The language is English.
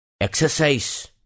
exercise